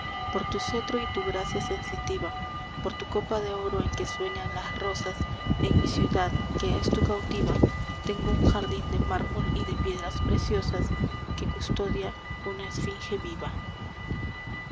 por tu cetro y tu gracia sensitiva por tu copa de oro en que sueñan las rosas en mi ciudad que es tu cautiva tengo un jardín de mármol y de piedras preciosas que custodia una esfinge viva vii